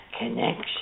connection